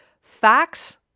Facts